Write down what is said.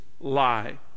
lie